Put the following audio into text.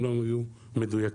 הם לא היו מדויקים.